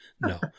no